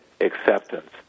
acceptance